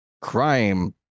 Crime